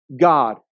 God